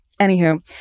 Anywho